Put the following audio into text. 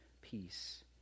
peace